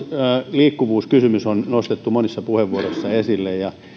liikkuvuus kysymys on nostettu monissa puheenvuoroissa esille